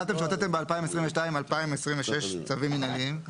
אמרתם שהוצאתם ב-2022 2026 צווים מנהליים.